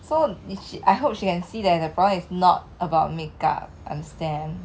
so I hope she can see that the problem is not about makeup understand